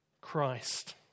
Christ